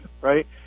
Right